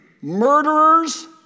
murderers